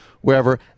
wherever